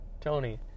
Tony